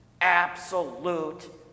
Absolute